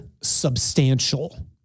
substantial